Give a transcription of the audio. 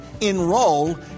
Enroll